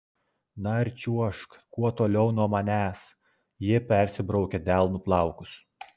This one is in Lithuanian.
na ir čiuožk kuo toliau nuo manęs ji persibraukė delnu plaukus